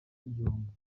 igihombo